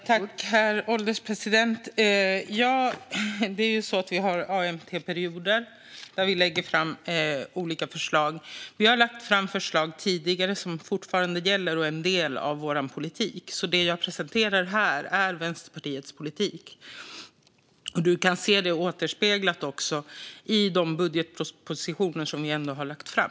Herr ålderspresident! Under allmänna motionstiden lägger vi fram olika förslag. Vi har lagt fram förslag tidigare, och de gäller fortfarande och är en del av vår politik. Det jag presenterar här är alltså Vänsterpartiets politik. Den återspeglas också i de budgetmotioner vi har lagt fram.